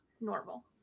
normal